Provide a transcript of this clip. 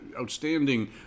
outstanding